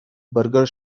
burger